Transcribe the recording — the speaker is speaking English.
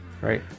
right